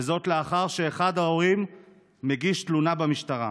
וזאת לאחר שאחד ההורים מגיש תלונה במשטרה.